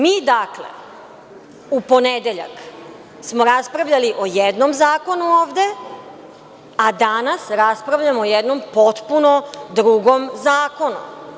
Mi smo, dakle, u ponedeljak raspravljali o jednom zakonu ovde, a danas raspravljamo o jednom potpuno drugom zakonu.